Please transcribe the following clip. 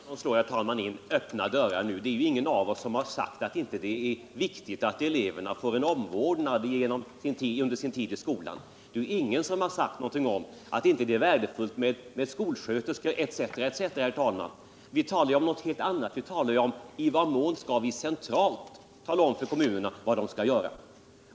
Herr talman! Margot Håkansson slår nu in öppna dörrar. Det är ju ingen av oss som har sagt att det inte är viktigt utt eleverna får omvårdnad under sin tid i skolan. Ingen har sagt någonting om att det inte är värdefullt med skolsköterskor ete. Vi talar ju om någonting helt annat, vi diskuterar i vad mån vi centralt skall tala om för kommunerna vad de skall göra.